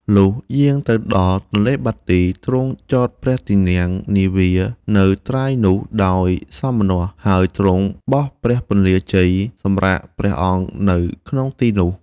លុះយាងទៅដល់ទនេ្លបាទី ទ្រង់ចតព្រះទីន័ងនាវានៅត្រើយនោះដោយសោមនស្ស ហើយទ្រង់បោះព្រះពន្លាជ័យសម្រាកព្រះអង្គនៅក្នុងទីនោះ។